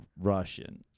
russian